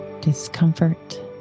Discomfort